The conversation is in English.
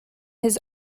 his